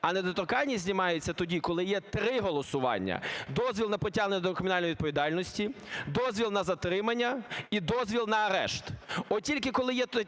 а недоторканність знімається тоді, коли є три голосування: дозвіл на притягнення до кримінальної відповідальності, дозвіл на затримання і дозвіл на арешт.